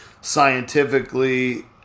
scientifically